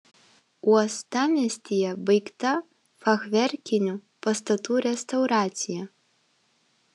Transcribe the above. uostamiestyje baigta fachverkinių pastatų restauracija